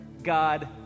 God